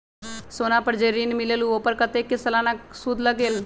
सोना पर जे ऋन मिलेलु ओपर कतेक के सालाना सुद लगेल?